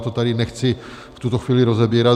Já to tady nechci v tuto chvíli rozebírat.